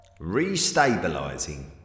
Restabilizing